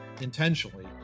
intentionally